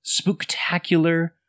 spooktacular